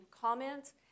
comments